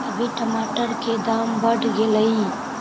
अभी टमाटर के दाम बढ़ गेलइ